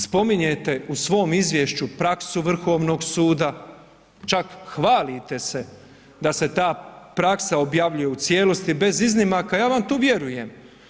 Spominjete u svom izvješću praksu Vrhovnog suda, čak hvalite se da se ta praksa objavljuje u cijelosti bez iznimaka i ja vam to vjerujem.